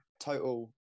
total